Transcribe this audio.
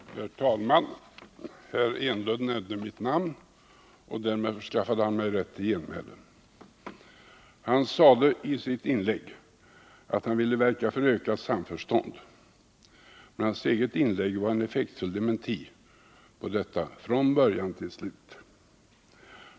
Herr talman! Eric Enlund nämnde mitt namn och därför förskaffade han mig rätt till genmäle. Eric Enlund sade i sitt inlägg att han ville verka för ökat samförstånd, men hans eget inlägg var från början till slut en effektfull dementi på detta.